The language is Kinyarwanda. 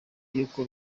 y’uko